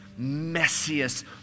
messiest